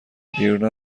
ایرنا